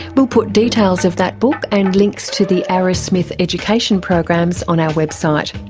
we'll put details of that book and links to the arrowsmith education programs on our website.